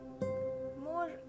more